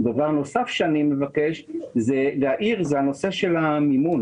אני מבקש להעיר גם לגבי המימון.